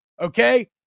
Okay